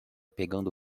pegando